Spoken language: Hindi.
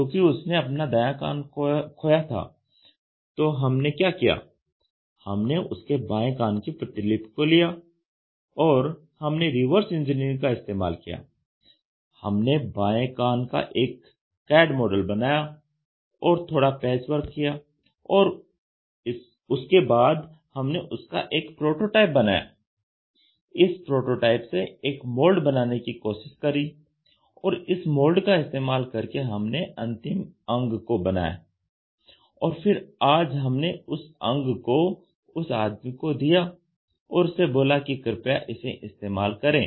क्योंकि उसने अपना दायां कान खोया था तो हमने क्या किया हमने उसके बाएं कान की प्रतिलिपि को लिया और हमने रिवर्स इंजीनियरिंग का इस्तेमाल किया हमने बाएं कान का एक CAD मॉडल बनाया और थोड़ा पैच वर्क किया और उसके बाद हमने उसका एक प्रोटोटाइप बनाया इस प्रोटोटाइप से एक मोल्ड बनाने की कोशिश करी और इस मोल्ड का इस्तेमाल करके हमने अंतिम अंग को बनाया और फिर आज हमने उस अंग को उस आदमी को दिया और उससे बोला कि कृपया इसे इस्तेमाल करें